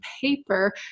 paper